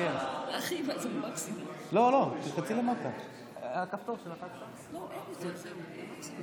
גר במדינת ישראל שלח אתכם הביתה.